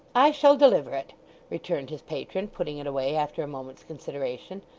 i shall deliver it returned his patron, putting it away after a moment's consideration,